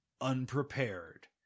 unprepared